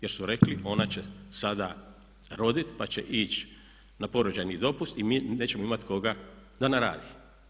Jer su rekli ona će sada roditi pa će ići na porođajni dopust i mi nećemo imati koga da nam radi.